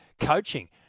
coaching